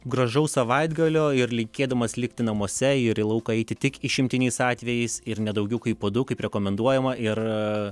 gražaus savaitgalio ir linkėdamas likti namuose ir į lauką eiti tik išimtiniais atvejais ir ne daugiau kaip po du kaip rekomenduojama ir